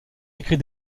écrit